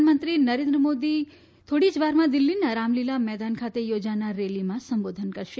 પ્રધાનમંત્રી નરેન્દ્ર મોદી દિલ્ફીના રામલીલા મેદાન ખાતે યોજાનારી રેલીમાં સંબોધન કરશે